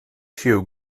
shoe